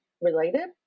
related